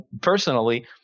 personally